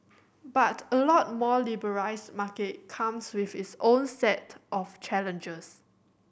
but a lot more liberalised market comes with its own set of challenges